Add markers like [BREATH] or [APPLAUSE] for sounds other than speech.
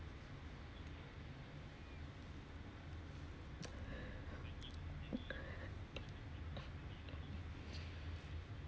[BREATH]